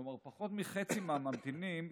כלומר פחות מחצי מהממתינים,